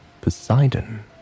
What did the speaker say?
Poseidon